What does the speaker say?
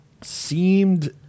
seemed